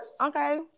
Okay